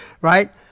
right